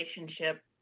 relationship